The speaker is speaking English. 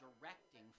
directing